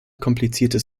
kompliziertes